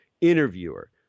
interviewer